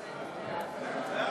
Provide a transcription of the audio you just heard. הדרכה למומחים),